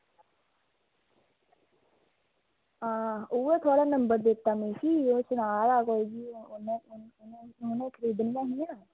आं उऐ थुआढ़ा नंबर दित्ता मिगी ते कोई सना दा हा की उनें खरीदनियां हियां